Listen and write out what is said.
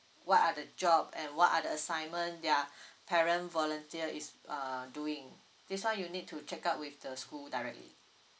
what are the job and what are the assignment their parent volunteer is uh doing this one you need to check out with the school directly